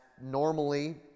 normally